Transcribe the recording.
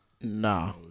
Nah